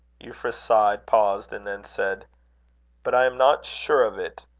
euphra sighed, paused, and then said but i am not sure of it.